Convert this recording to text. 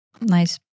nice